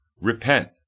Repent